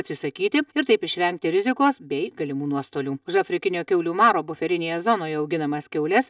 atsisakyti ir taip išvengti rizikos bei galimų nuostolių už afrikinio kiaulių maro buferinėje zonoje auginamas kiaules